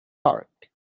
park